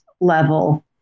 level